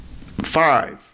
Five